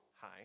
Hi